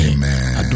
Amen